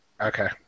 Okay